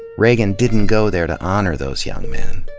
reagan didn't go there to honor those young men.